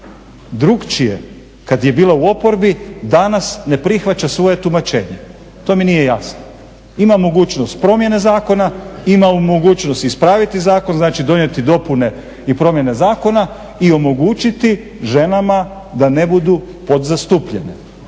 drukčije kad je bila u oporbi danas ne prihvaća svoje tumačenje, to mi nije jasno. Ima mogućnost promjene zakona, ima mogućnost ispraviti zakon, znači donijeti dopune i promjene zakona i omogućiti ženama da ne budu podzastupljene,